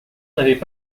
n’avaient